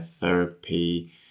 therapy